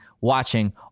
watching